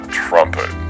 trumpet